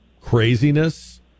craziness